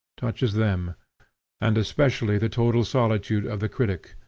touches them and especially the total solitude of the critic,